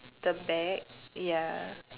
the bag ya